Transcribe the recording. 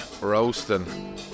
roasting